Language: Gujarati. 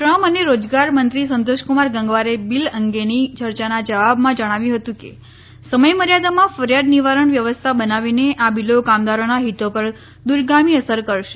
શ્રમ અને રોજગાર મંત્રી સંતોષકુમાર ગંગવારે બિલ અંગેની ચર્ચાના જવાબમાં જણાવ્યું હતું કે સમયમર્યાદામાં ફરિયાદ નિવારણ વ્યવસ્થા બનાવીને આ બીલો કામદારોના હિતો પર દૂરગામી અસર કરશે